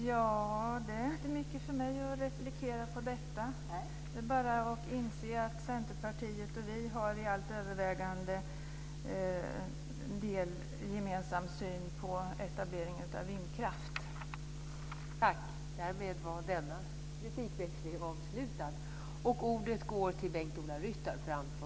Fru talman! Det är inte mycket för mig att replikera på. Det är bara att inse att Centerpartiet och vi har övervägande gemensam syn på etableringen av vindkraft.